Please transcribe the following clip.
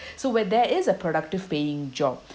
so where there is a productive paying job